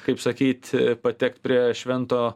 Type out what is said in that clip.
kaip sakyt patekt prie švento